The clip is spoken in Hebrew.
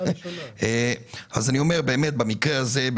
במקרה הזה,